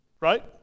right